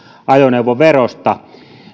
ajoneuvoverosta